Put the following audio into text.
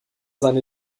seine